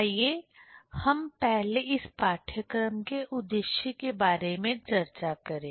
आइए हम पहले इस पाठ्यक्रम के उद्देश्य के बारे में चर्चा करें